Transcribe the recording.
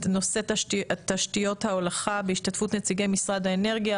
נושא תשתיות ההולכה בהשתתפות נציגי משרד האנרגיה,